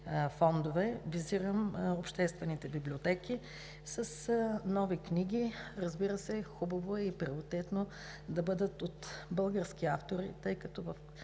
фондове, визирам обществените библиотеки, с нови книги. Разбира се, хубаво е и приоритетно да бъдат от български автори, тъй като